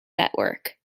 network